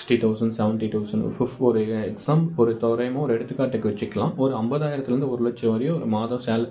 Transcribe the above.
sixty thousand seventy thousand ஃபிஃப் ஒரு exam ஒரு தோராயமாக ஒரு எடுத்துக்காட்டுக்கு வச்சிக்குலாம் ஒரு ஐம்பதாயரத்துல இருந்து ஒரு லட்சம் வரையும் மாதம் சேலை